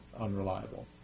unreliable